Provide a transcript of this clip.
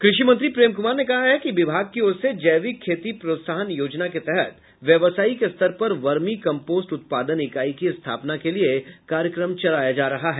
कृषि मंत्री प्रेम कुमार ने कहा है कि विभाग की ओर से जैविक खेती प्रोत्साहन योजना के तहत व्यावसायिक स्तर पर वर्मी कम्पोस्ट उत्पादन इकाई की स्थापना के लिए कार्यक्रम चलाया जा रहा है